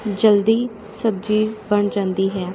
ਜਲਦੀ ਸਬਜ਼ੀ ਬਣ ਜਾਂਦੀ ਹੈ